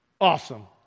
awesome